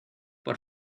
por